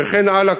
וכן הלאה,